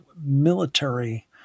military